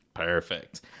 Perfect